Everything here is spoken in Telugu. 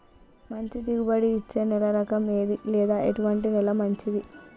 మంచి దిగుబడి ఇచ్చే నేల రకం ఏది లేదా ఎటువంటి నేల మంచిది?